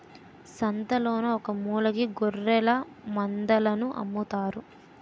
సంతలోన ఒకమూలకి గొఱ్ఱెలమందలను అమ్ముతారు